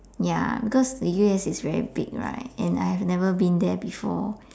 ya because the U_S is very big right and I have never been there before